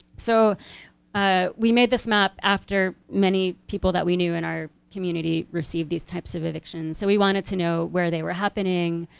so ah we made this map after many people that we knew in our community received these types of evictions. so we wanted to know, where they were happening